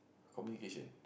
communication